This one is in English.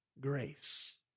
grace